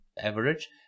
average